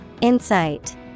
Insight